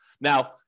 Now